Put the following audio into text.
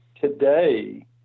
Today